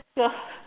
ya